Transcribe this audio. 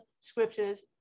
scriptures